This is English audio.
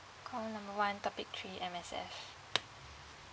call number one topic three M_S_F